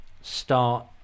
start